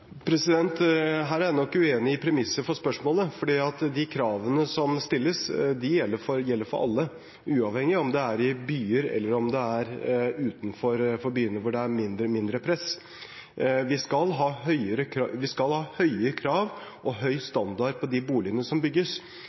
Her er jeg nok uenig i premisset for spørsmålet, for de kravene som stilles, gjelder for alle, uavhengig av om det er i byer eller om det er utenfor byene, hvor det er mindre press. Vi skal ha høye krav og høy standard på de boligene som bygges,